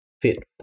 fit